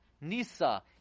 Nisa